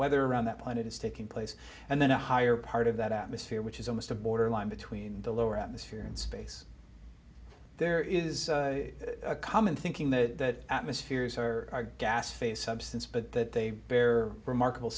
weather around that planet is taking place and then a higher part of that atmosphere which is almost a borderline between the lower atmosphere and space there is a common thinking that atmospheres or our gas face substance but that they bear remarkable